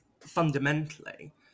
fundamentally